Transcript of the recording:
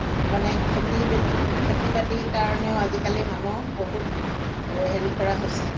মানে খেতি বে খেতি বাতিৰ কাৰণেও আজিকালি মানুহ বহুত হেৰি কৰা হৈছে